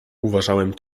uważałem